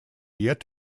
yet